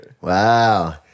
Wow